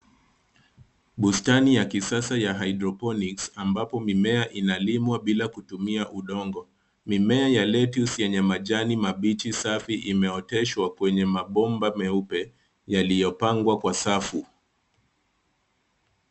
Bustani ya kisasa ya hydroponics ambapo mimea inalimwa bila kutumia udongo. Mimea ya letus yenye majani mabichi safi imeoteshwa kwenye mabomba meupe yaliyopangwa kwa Safu.